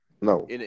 No